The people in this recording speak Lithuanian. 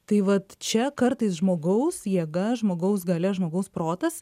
tai vat čia kartais žmogaus jėga žmogaus galia žmogaus protas